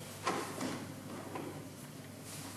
ההצעה להעביר את הנושא לוועדה לענייני ביקורת המדינה נתקבלה.